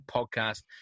Podcast